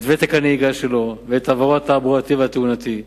את ותק הנהיגה שלו ואת עברו התעבורתי והתאונתי.